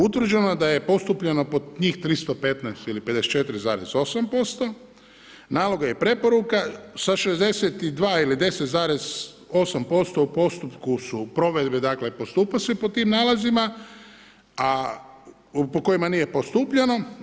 Utvrđeno je da je postupljeno pod njih 315 ili 54,8%, naloga i preporuka sa 62, ili 10,8% u postupku su provedbe, dakle postupa se pod tim nalazima, po kojima nije postupljeno.